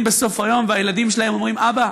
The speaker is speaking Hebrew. בסוף היום והילדים שלהם אומרים: אבא,